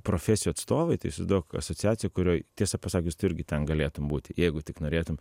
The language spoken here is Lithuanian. profesijų atstovai tai įsivaizduok asociacija kurioj tiesą pasakius tu irgi ten galėtum būti jeigu tik norėtum